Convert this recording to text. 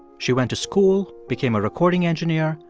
she went to school, became a recording engineer,